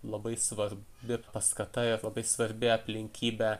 labai svarbi paskata ir labai svarbi aplinkybė